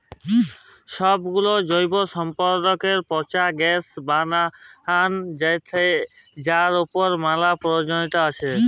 ছবগুলা জৈব সম্পদকে পঁচায় গ্যাস বালাল হ্যয় উয়ার ম্যালা পরয়োজলিয়তা আছে